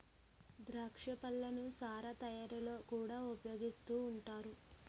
ద్రాక్ష పళ్ళను సారా తయారీలో కూడా ఉపయోగిస్తూ ఉంటారు